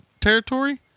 territory